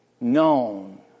known